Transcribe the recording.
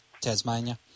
Tasmania